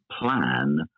plan